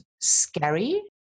scary